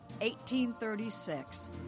1836